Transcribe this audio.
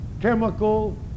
chemical